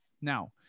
Now